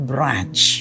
Branch